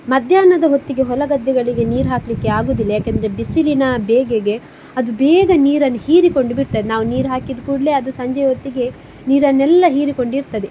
ಮಧ್ಯಾಹ್ನದ ಹೊತ್ತಿಗೆ ಹೊಲ ಗದ್ದೆಗಳಿಗೆ ನೀರು ಹಾಕಲಿಕ್ಕೆ ಆಗೋದಿಲ್ಲ ಯಾಕಂದ್ರೆ ಬಿಸಿಲಿನ ಬೇಗೆಗೆ ಅದು ಬೇಗ ನೀರನ್ನು ಹೀರಿಕೊಂಡು ಬಿಡ್ತದೆ ನಾವು ನೀರು ಹಾಕಿದ ಕೂಡಲೆ ಅದು ಸಂಜೆ ಹೊತ್ತಿಗೆ ನೀರನ್ನೆಲ್ಲ ಹೀರಿಕೊಂಡಿರ್ತದೆ